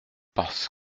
parce